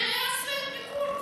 שיעשה ביקור קצת,